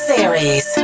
Series